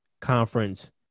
conference